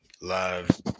Live